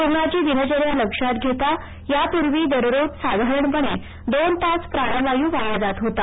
रुग्णाची दिनचर्या लक्षात घेता यापूर्वी दररोज साधारणपणे दोन तास प्राणवायू वाया जात होता